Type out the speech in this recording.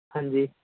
ਹਾਂਜੀ